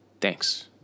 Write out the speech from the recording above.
Thanks